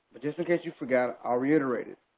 but just in case you forgot, i'll reiterate it.